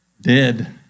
dead